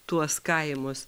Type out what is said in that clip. tuos kaimus